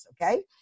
okay